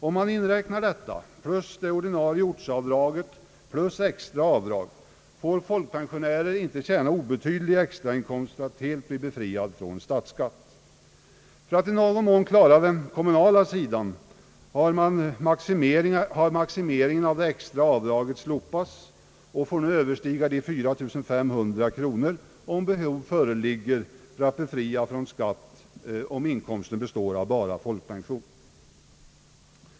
Om man inräknar detta jämte det ordinarie ortsavdraget och extraavdraget får folkpensionärer inte ha en obetydlig extrainkomst för att helt bli befriade från statsskatt. För ati i någon mån klara den kommunala sidan har maximeringen av det extra avdraget slopats och får nu överstiga 4500 kronor om behov föreligger för att befria från skatt om inkomsten endast består av folkpension.